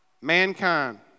mankind